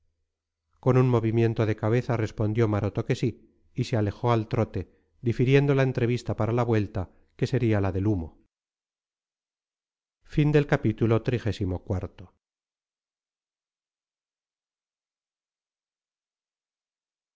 con un movimiento de cabeza respondió maroto que sí y se alejó al trote difiriendo la entrevista para la vuelta que sería la del humo